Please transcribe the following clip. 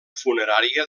funerària